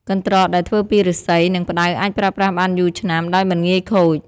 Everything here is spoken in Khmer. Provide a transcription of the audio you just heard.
កន្ត្រកដែលធ្វើពីឫស្សី និងផ្តៅអាចប្រើប្រាស់បានយូរឆ្នាំដោយមិនងាយខូច។